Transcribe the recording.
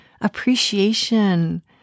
appreciation